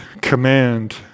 command